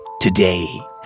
Today